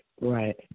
right